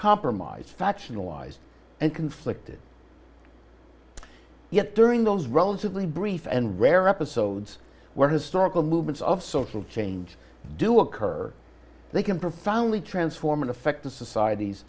factionalized and conflicted yet during those relatively brief and rare episodes where historical movements of social change do occur they can profoundly transform and affect the societies